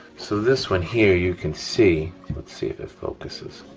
so, this one here, you can see, let see if it focuses?